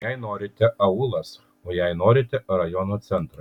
jei norite aūlas o jei norite rajono centras